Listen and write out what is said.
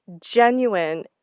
genuine